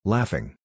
Laughing